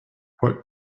what